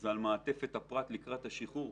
זו מעטפת הפרט לקראת השחרור.